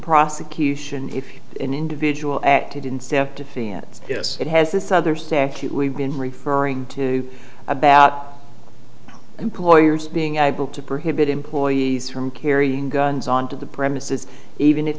prosecution if an individual acted in self defense yes it has this other statute we've been referring to about employers being able to prohibit employees from carrying guns on to the premises even if